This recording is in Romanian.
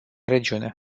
regiune